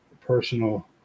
personal